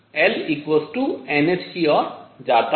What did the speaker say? यह 22mE Lnh की ओर जाता है